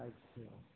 ᱟᱪᱪᱷᱟ